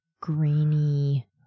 grainy